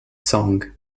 song